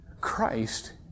Christ